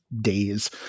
days